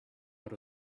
out